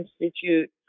Institute